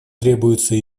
требуется